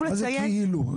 מה זה כאילו?